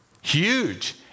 Huge